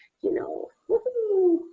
you know, woo-hoo.